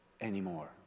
anymore